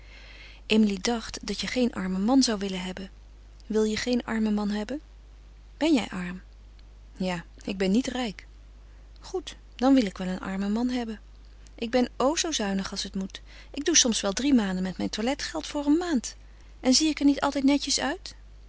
emilie dacht dat je geen armen man zou willen hebben wil je geen armen man hebben ben jij arm ja ik ben niet rijk goed dan wil ik wel een armen man hebben ik ben o zoo zuinig als het moet ik doe soms wel drie maanden met mijn toiletgeld voor een maand en zie ik er niet altijd netjes uit